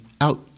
out